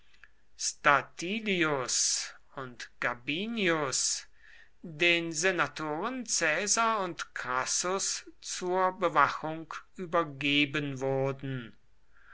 statilius und gabinius den senatoren caesar und crassus zur bewachung übergeben wurden